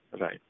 Right